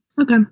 okay